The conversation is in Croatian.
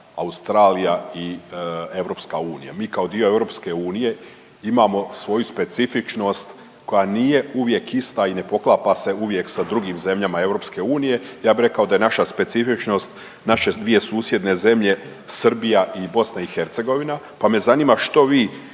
Australija i EU. Mi kao dio EU imamo svoju specifičnost koja nije uvijek ista i ne poklapa se uvijek sa drugim zemljama EU. Ja bi rekao da je naša specifičnost naše dvije susjedne zemlje Srbija i BiH, pa me zanima što vi